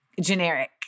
generic